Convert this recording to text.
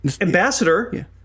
Ambassador